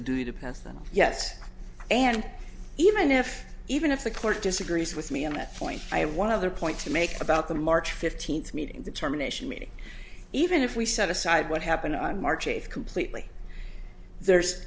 a duty to pass them yet and even if even if the court disagrees with me on that point i have one other point to make about the march fifteenth meeting determination meaning even if we set aside what happened on march eighth completely there's